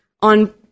on